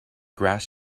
grass